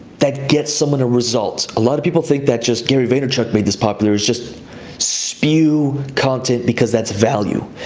that gets someone a result. a lot of people think that just gary vaynerchuk made this popular is just spew content because that's value.